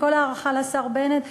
עם כל ההערכה לשר בנט,